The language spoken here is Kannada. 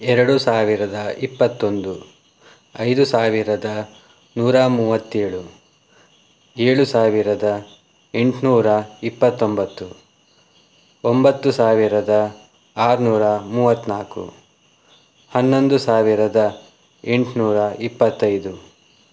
ಎರಡು ಸಾವಿರದ ಇಪ್ಪತ್ತೊಂದು ಐದು ಸಾವಿರದ ನೂರ ಮೂವತ್ತೇಳು ಏಳು ಸಾವಿರದ ಎಂಟ್ನೂರ ಇಪ್ಪತೊಂಬತ್ತು ಒಂಬತ್ತು ಸಾವಿರದ ಆರ್ನೂರ ಮೂವತ್ತ್ನಾಲ್ಕು ಹನ್ನೊಂದು ಸಾವಿರದ ಎಂಟ್ನೂರ ಇಪ್ಪತ್ತೈದು